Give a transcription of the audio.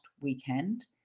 weekend